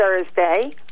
Thursday